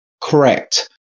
correct